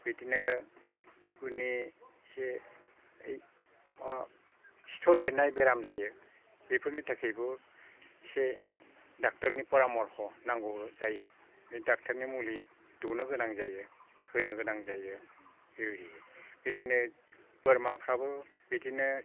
बिदिनो बिगुरनि एसे अ सिथर बेरनाय बेराम जायो बेफोरनि थाखैबो एसे ड'क्टरनि परामर्ख नांगौ जायो बे ड'क्टरनि मुलि दौनोगोनां जायो होनो गोनां जायो बेबायदि बिदिनो बोरमाफ्राबो बिदिनो